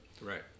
Right